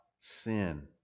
sin